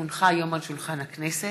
כי הונחה היום על שולחן הכנסת,